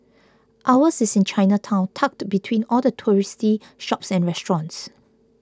ours is in Chinatown tucked between all the touristy shops and restaurants